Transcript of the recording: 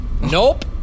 Nope